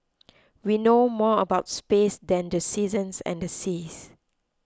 we know more about space than the seasons and the seas